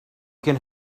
can